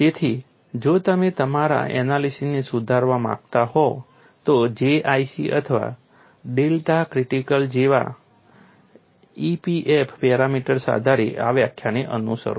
તેથી જો તમે તમારા એનાલિસીસને સુધારવા માંગતા હોવ તો J IC અથવા ડેલ્ટા ક્રિટિકલ જેવા EPF પેરામીટર્સના આધારે આ વ્યાખ્યાને સુધારો કરો